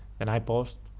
and i paused,